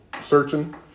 searching